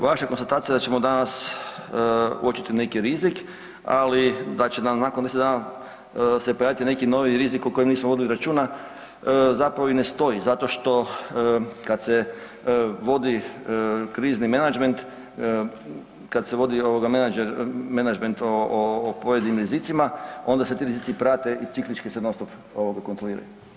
Vaša konstatacija da ćemo danas uočiti neki rizik ali da će nam nakon 10 dana se pojaviti neki novi rizik o kojem nismo vodili računa, zapravo i ne stoji zato što kad se vodi krizni menadžment, kad se vodi menadžment o pojedinim rizicima, onda se ti rizici i prate i ciklički se non-stop kontroliraju.